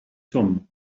som